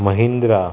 Mahindra